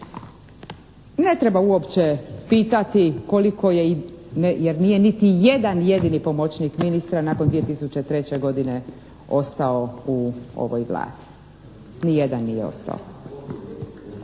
Ne treba uopće pitati koliko je i jer nije niti jedan jedini pomoćnik ministra nakon 2003. godine ostao u ovoj Vladi, nijedan nije ostao.